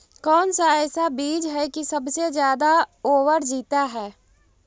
कौन सा ऐसा बीज है की सबसे ज्यादा ओवर जीता है?